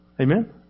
Amen